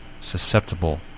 susceptible